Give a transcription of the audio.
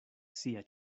sia